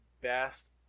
best